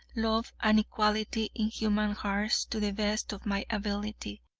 love, and equality in human hearts to the best of my ability,